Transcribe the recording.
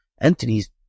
entities